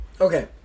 Okay